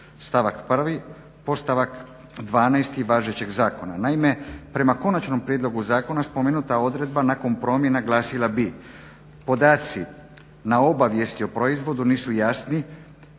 stavak 1. podstavak 12. važećeg zakona. Naime, prema konačnom prijedlogu zakona spomenuta odredba nakon promjena glasila bi: "Podaci na obavijesti o proizvodu nisu jasni,